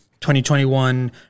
2021